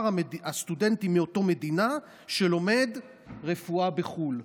הסטודנטים מאותה מדינה שלומדים רפואה בחו"ל.